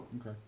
Okay